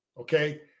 Okay